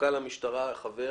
מפכ"ל המשטרה חבר